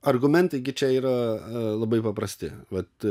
argumentai gi čia yra labai paprasti vat